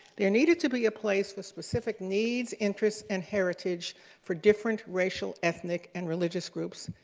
there needed to be a place for specific needs, interests, and heritage for different racial, ethnic, and religious groups,